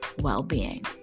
well-being